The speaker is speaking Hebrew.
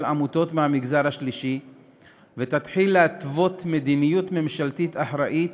עמותות מהמגזר השלישי ותתחיל להתוות מדיניות ממשלתית אחראית